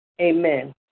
Amen